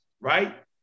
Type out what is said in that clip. right